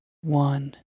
One